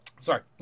Sorry